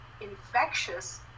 infectious